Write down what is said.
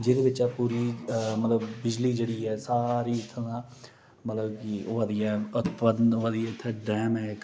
जेहदे बिच्चा पूरी मतलब बिजली जेह्ड़ी ऐ सारी मतलब इत्थूं दा होआ दी ऐ उत्पादन होआ दी ऐ इत्थें डैम ऐ इक